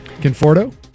Conforto